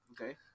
Okay